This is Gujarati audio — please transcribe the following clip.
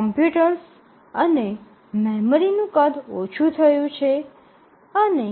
કોમ્પ્યુટર્સ અને મેમરીનું કદ ઓછું થયું છે અને